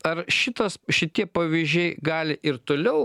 ar šitas šitie pavyžiai gali ir toliau